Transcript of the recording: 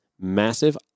massive